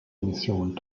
mission